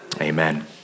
Amen